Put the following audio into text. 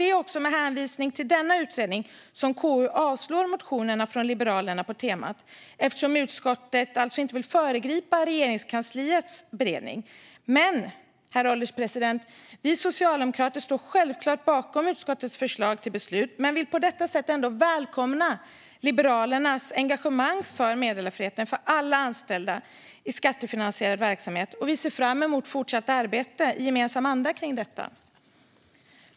Det är också med hänvisning till denna utredning som KU avslår motionerna från Liberalerna på temat eftersom utskottet alltså inte vill föregripa Regeringskansliets beredning. Vi socialdemokrater står, herr ålderspresident, självklart bakom utskottets förslag till beslut men vill på detta sätt ändå välkomna Liberalernas engagemang för meddelarfrihet för alla anställda i skattefinansierad verksamhet. Vi ser fram emot fortsatt arbete i gemensam anda kring detta.